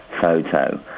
photo